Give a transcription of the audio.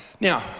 Now